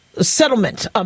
settlement